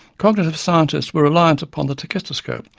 cognitive scientists were reliant upon the tachistoscope,